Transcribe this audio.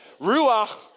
Ruach